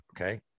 Okay